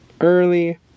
Early